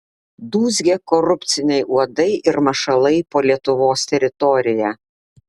dūzgia korupciniai uodai ir mašalai po lietuvos teritoriją